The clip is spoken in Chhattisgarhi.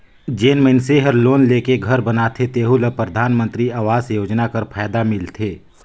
जेन मइनसे हर लोन लेके घर बनाथे तेहु ल परधानमंतरी आवास योजना कर फएदा मिलथे